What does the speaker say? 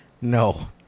No